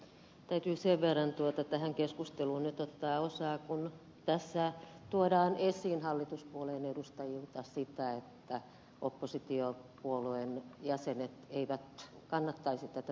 täytyy sen verran tähän keskusteluun nyt ottaa osaa kun tässä tuodaan esiin hallituspuolueiden edustajilta sitä että oppositiopuolueen jäsenet eivät kannattaisi tätä takuueläkettä